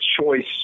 choice